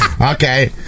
okay